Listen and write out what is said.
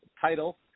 title